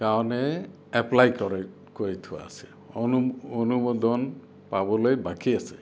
কাৰণে এপ্লাই কৰে কৰি থোৱা আছে অনুমোদন পাবলৈ বাকী আছে